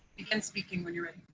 begin speaking when you're ready.